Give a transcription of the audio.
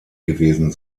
gewesen